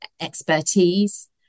expertise